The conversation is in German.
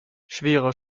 schwerer